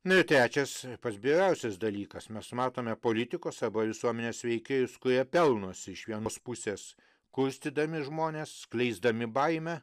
nu ir trečias pats bjauriausias dalykas mes matome politikos arba visuomenės veikėjus kurie pelnosi iš vienos pusės kurstydami žmones skleisdami baimę